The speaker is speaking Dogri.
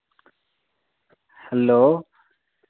हैल्लो